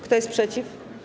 Kto jest przeciw?